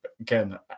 again